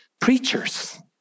preachers